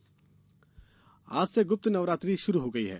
गुप्त नवरात्रि आज से गुप्त नवरात्रि शुरू हो गई है